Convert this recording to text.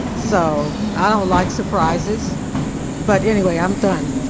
so i don't like surprises but anyway i'm done.